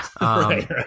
Right